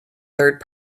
third